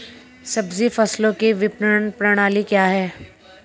सब्जी फसलों की विपणन प्रणाली क्या है?